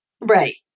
Right